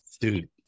dude